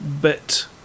bit